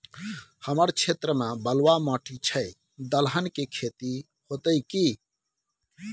हमर क्षेत्र में बलुआ माटी छै, दलहन के खेती होतै कि?